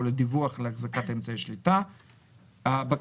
לדיווח על החזקת אמצעי שליטה (בעברית)